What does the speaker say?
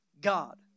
God